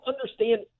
understand